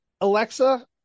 Alexa